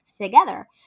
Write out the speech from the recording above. together